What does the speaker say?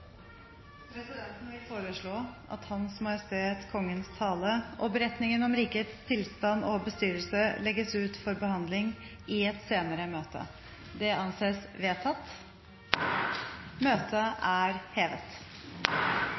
Presidenten vil foreslå at Hans Majestet Kongens tale og beretningen om rikets tilstand og bestyrelse legges ut for behandling i et senere møte. – Det anses vedtatt.